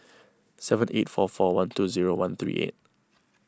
seven eight four four one two zero one three eight